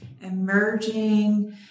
emerging